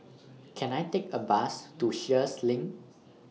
Can I Take A Bus to Sheares LINK